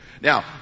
Now